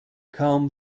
kaum